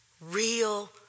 Real